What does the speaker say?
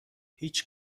هیچ